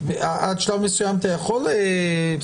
עד שלב מסוים אתה יכול לאחזר.